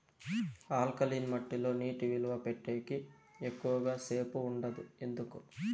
alkaline మట్టి లో నీటి నిలువ పెట్టేకి ఎక్కువగా సేపు ఉండదు ఎందుకు